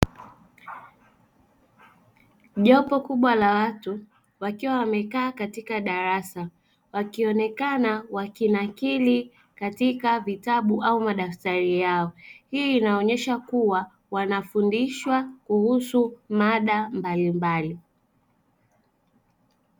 Jopo kubwa la watu wakiwa wamekaa katika darasa wakionekana wakinakili katika vitabu au madaftari yao hii inaonesha kua wanafundishwa kuhusu mada mbalimbali